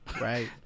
Right